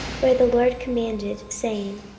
where the lord commanded, saying,